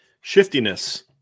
Shiftiness